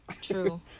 True